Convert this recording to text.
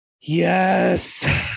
yes